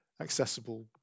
accessible